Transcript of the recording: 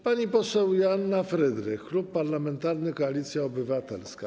Pani poseł Joanna Frydrych, Klub Parlamentarny Koalicja Obywatelska.